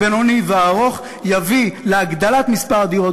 הבינוני והארוך יביא להגדלת מספר הדירות